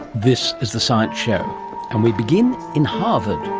this is the science show and we begin in harvard.